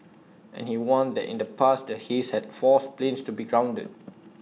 and he warned that in the past the haze had forced planes to be grounded